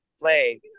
play